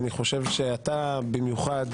אני חושב שאתה במיוחד,